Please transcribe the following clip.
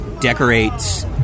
decorates